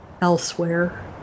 elsewhere